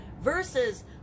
Versus